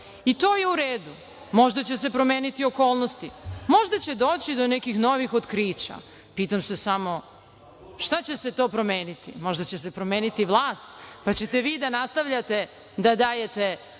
I, to je u redu. Možda će se promeniti okolnosti, možda će doći do nekih novih otkrića, pitam se samo šta će se to promeni. Možda će se promeniti vlast, pa ćete vi da nastavljate da dajete